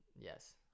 yes